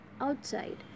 outside